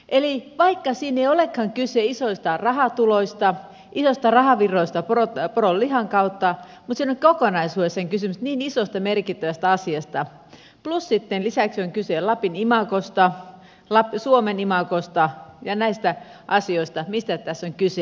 eli vaikka siinä ei olekaan kyse isoista rahatuloista isoista rahavirroista poronlihan kautta siinä on kokonaisuudessaan kysymys niin isosta merkittävästä asiasta plus sitten lisäksi on kyse lapin imagosta suomen imagosta ja näistä asioista mistä tässä on kyse